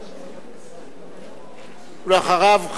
ואחריו,